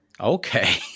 Okay